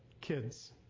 kids